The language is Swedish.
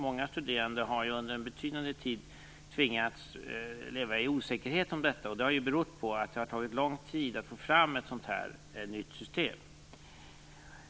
Många studerande har därför under en betydande tid tvingats leva i osäkerhet. Det har berott på att det har tagit lång tid att få fram ett nytt system.